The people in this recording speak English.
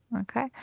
Okay